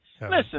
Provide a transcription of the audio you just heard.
Listen